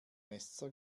messer